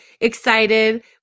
excited